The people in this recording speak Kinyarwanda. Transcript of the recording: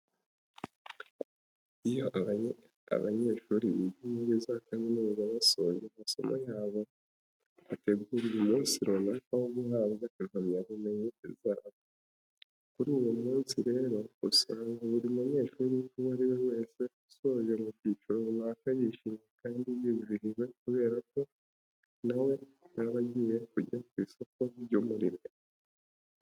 Iyo abanyeshuri biga muri za kamuniza basoje amasomo yabo, hategurwa umunsi runaka wo guhabwa impamyabumenyi zabo. Kuri uwo munsi rero, usanga buri munyeshuri uwo ari we wese usoje mu cyiciro runaka yishimye kandi yizihiwe kubera ko na we aba agiye kujya ku isoko ry'umurimo.